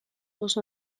oso